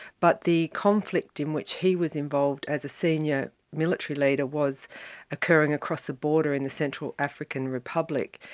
but the conflict in which he was involved as a senior military leader was occurring across a border in the central african republic.